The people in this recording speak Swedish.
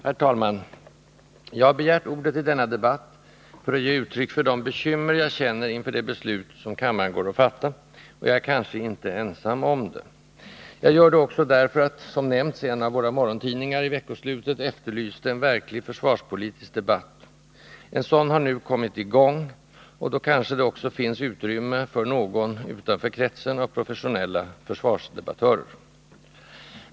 Herr talman! Jag har begärt ordet i denna debatt för att ge uttryck för de bekymmer jag känner inför det beslut kammaren går att fatta — och jag är kanske inte ensam om det. Jag gör det också därför att — som nämnts — en av våra morgontidningar i veckoslutet efterlyste en verklig försvarspolitisk debatt. En sådan har nu kommit i gång, och då kanske det också finns utrymme för någon utanför kretsen av professionella försvarsdebattörer.